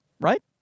Right